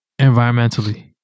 environmentally